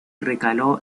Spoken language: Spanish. recaló